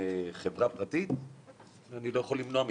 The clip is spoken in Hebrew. חברה פרטית אני לא יכול למנוע ממנו.